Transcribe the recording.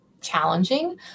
challenging